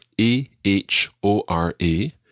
A-H-O-R-A